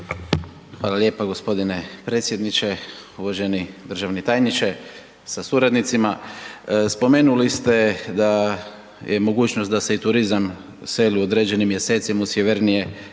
Hvala lijepa g. predsjedniče, uvaženi državni tajniče sa suradnicima. Spomenuli ste da i mogućnost da se i turizam seli u određenim mjesecima u sjevernije